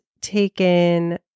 taken